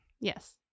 Yes